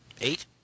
Eight